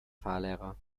fahrlehrer